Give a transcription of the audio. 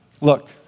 look